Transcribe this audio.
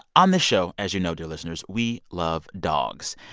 on the show, as you know, dear listeners, we love dogs.